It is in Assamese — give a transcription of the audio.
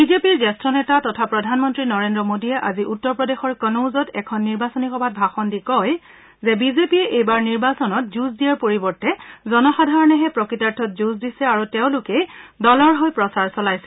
বিজেপিৰ জ্যেষ্ঠ নেতা তথা প্ৰধানমন্তী নৰেন্দ্ৰ মোদীয়ে আজি উত্তৰ প্ৰদেশৰ কনৌজত এখন নিৰ্বাচনী সভাত ভাষণ দি কয় যে বিজেপিয়ে এইবাৰ নিৰ্বাচনত যুঁজ দিয়াৰ পৰিৱৰ্তে জনসাধাৰণেহে প্ৰকৃতাৰ্থত যুঁজ দিছে আৰু তেওঁলোকেই দলৰ হৈ প্ৰচাৰ চলাইছে